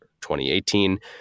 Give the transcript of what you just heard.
2018